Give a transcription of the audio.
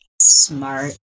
Smart